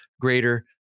greater